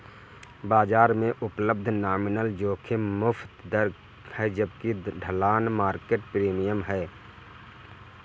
बाजार में उपलब्ध नॉमिनल जोखिम मुक्त दर है जबकि ढलान मार्केट प्रीमियम है